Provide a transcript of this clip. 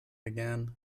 again